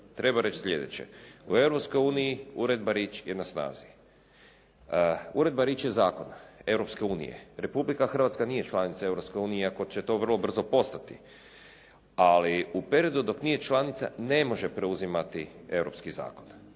Treba reći sljedeće. U Europskoj uniji Uredba Rich je na snazi. Uredba Rich je zakon Europske unije. Republika Hrvatska nije članica Europske unije iako će to vrlo brzo postati. Ali u periodu dok nije članica ne može preuzimati